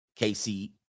KC